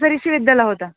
होता